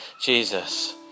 Jesus